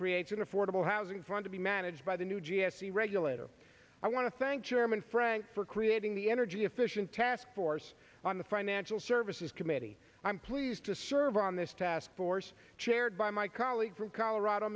creates an affordable housing front to be managed by the new g s t regulator i want to thank chairman frank for creating the energy efficient taskforce on the financial services committee i'm pleased to serve on this task force chaired by my colleague from colorado